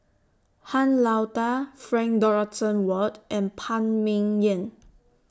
Han Lao DA Frank Dorrington Ward and Phan Ming Yen